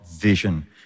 vision